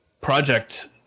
project